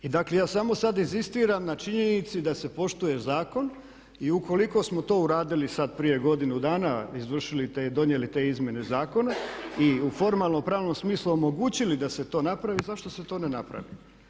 I dakle, ja samo sad inzistiram na činjenici da se poštuje zakon i ukoliko smo to uradili sad prije godinu dana, izvršili i donijeli te izmjene zakona i u formalno-pravnom smislu omogućili da se to napravi zašto se to ne napravi?